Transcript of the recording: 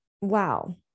wow